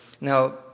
Now